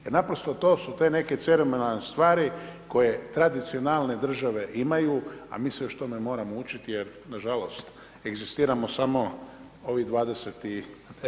Jer naprosto to su te neke ceremonalne stvari koje tradicionalne države imaju a mi se još tome moramo učiti jer nažalost egzistiramo samo ovih 29 godina.